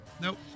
Nope